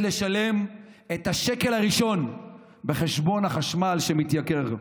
לשלם את השקל הראשון בחשבון החשמל שמתייקר,